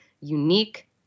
unique